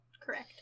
Correct